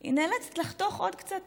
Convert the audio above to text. היא נאלצת לחתוך עוד קצת